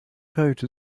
coat